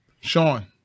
Sean